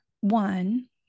One